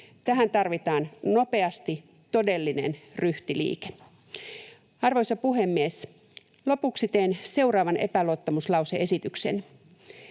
Tähän tarvitaan nopeasti todellinen ryhtiliike. Arvoisa puhemies! Lopuksi teen seuraavan epäluottamuslause-esityksen: